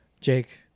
Jake